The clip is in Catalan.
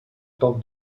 toc